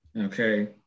okay